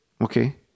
okay